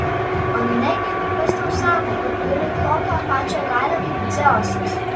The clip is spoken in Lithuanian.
o negi kas tau sako kad turi tokią pačią galią kaip dzeusas